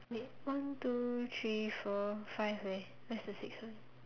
wait one two three four five wait where is the six one